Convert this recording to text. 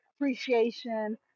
appreciation